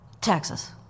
Texas